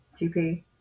GP